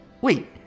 Wait